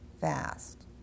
fast